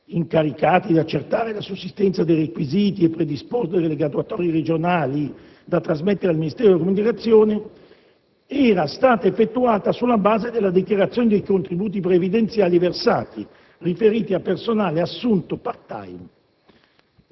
incaricati di accertare la sussistenza dei requisiti e predisporre le graduatorie regionali da trasmettere al Ministero delle comunicazioni - era stata effettuata sulla base della dichiarazione dei contributi previdenziali versati, riferiti a personale assunto *part-time*.